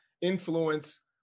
influence